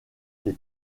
des